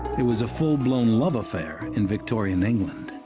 it was a full-blown love affair in victorian england.